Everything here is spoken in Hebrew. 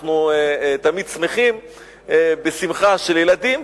אנחנו תמיד שמחים בשמחה של ילדים,